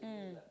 mm